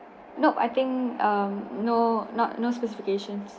nope I think err no not no specifications